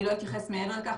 אני לא אתייחס מעבר לכך,